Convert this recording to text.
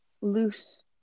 loose